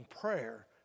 prayer